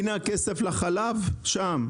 הנה הכסף לחלב, שם.